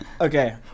Okay